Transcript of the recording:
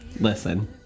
Listen